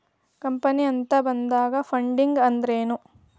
Company ಅಂತ ಬಂದಾಗ funding ಅಂದ್ರೆನು?